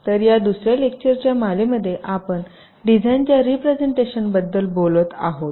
तर या दुसर्या लेक्चरचा मालेमध्ये आपण डिझाइनच्या रिप्रेझेन्टटेशनबद्दल बोलत आहोत